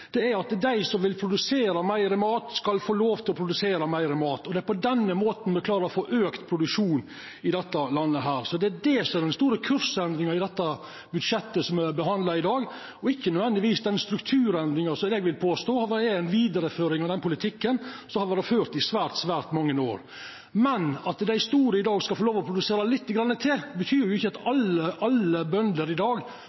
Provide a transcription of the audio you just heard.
– er at dei som vil produsera meir mat, skal få lov til det. Det er på denne måten ein klarer å få auka produksjonen i dette landet. Det er det som er den store kursendringa i budsjettet me behandlar i dag – ikkje nødvendigvis strukturendringa, vil eg påstå. Dette er ei vidareføring av politikken som har vore ført i svært mange år. Men det at dei store i dag skal få lov til å produsera litt til, betyr ikkje at